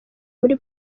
muri